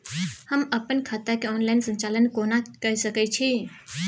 हम अपन खाता के ऑनलाइन संचालन केना के सकै छी?